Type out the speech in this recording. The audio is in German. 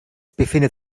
befindet